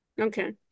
Okay